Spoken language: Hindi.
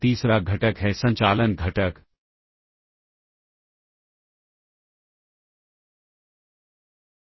तब यह उस स्टैक प्वाइंट की मेमोरी लोकेशन से डी रजिस्टर में कंटेंट कॉपी करेगा और फिर से स्टैक प्वाइंटर को इंप्लीमेंट करेगा